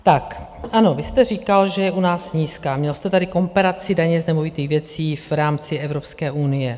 Tak ano, vy jste říkal, že je u nás nízká, měl jste tady komparaci daně z nemovitých věcí v rámci Evropské unie.